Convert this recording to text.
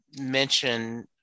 mention